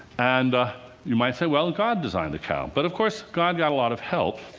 and you might say, well, god designed the cow. but, of course, god got a lot of help.